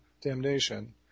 damnation